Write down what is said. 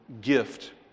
gift